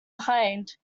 behind